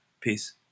Peace